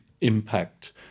impact